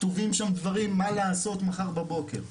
כתובים שם דברים מה לעשות מחר בבוקר.